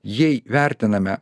jei vertiname